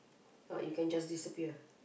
oh you can just disappear